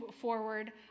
forward